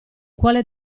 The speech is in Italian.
quale